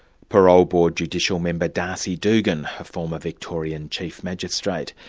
parole board judicial member, darcy dugan, a former victorian chief magistrate.